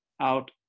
out